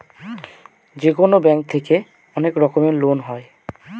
যেকোনো ব্যাঙ্ক থেকে অনেক রকমের লোন হয়